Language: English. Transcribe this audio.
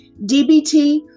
DBT